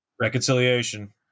Reconciliation